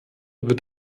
wird